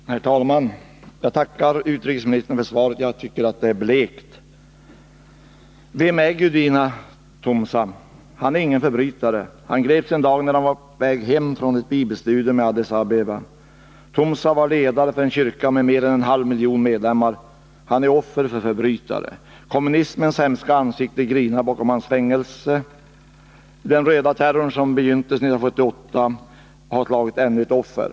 Herr talman! Jag tackar utrikesministern för svaret. Jag tycker att det är blekt. Vem är Gudina Tumsa? Han är ingen förbrytare. Han greps en dag när han var på väg hem från ett bibelstudium i Addis Abeba. Tumsa var ledare för en kyrka med mer än en halv miljon medlemmar. Han är offer för förbrytare. Kommunismens hemska ansikte grinar bakom hans fängslande. Den röda terrorn, som begynte 1978, har slagit ännu ett offer.